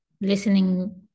listening